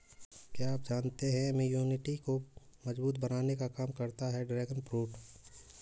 क्या आप जानते है इम्यूनिटी को मजबूत बनाने का काम करता है ड्रैगन फ्रूट?